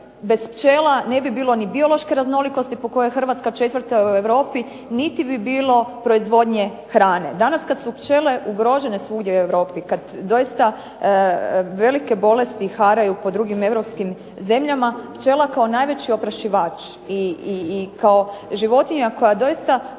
bez pčela ne bi bilo ni biološke raznolikosti po kojoj je Hrvatska 4. u Europi, niti bi bilo proizvodnje hrane. Danas kad su pčele ugrožene svugdje u Europi, kad doista velike bolesti haraju po drugim europskim zemljama, pčela kao najveći oprašivač i kao životinja koja doista